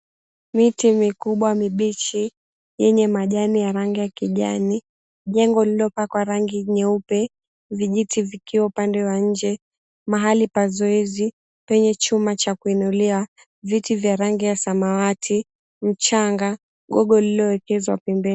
Miti mikubwa mibichi yenye majani ya rangi ya kijani, jengo lililopakwa rangi nyeupe, vijiti vikiwa upande wa nje, mahali pa zoezi penye chuma cha kuinuliwa, viti vya rangi ya samawati, mchanga, gogo lililowekezwa pembeni.